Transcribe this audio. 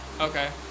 Okay